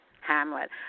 Hamlet